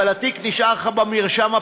אבל התיק נשאר לך במרשם הפלילי,